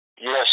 Yes